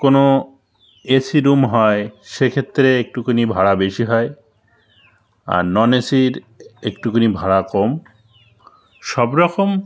কোনও AC room হয় সে ক্ষেত্রে একটুখানি ভাড়া বেশি হয় আর নন এ সির একটুখানি ভাড়া কম সব রকম